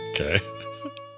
Okay